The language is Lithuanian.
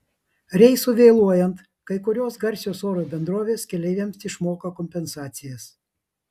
reisui vėluojant kai kurios garsios oro bendrovės keleiviams išmoka kompensacijas